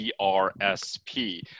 CRSP